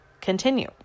continue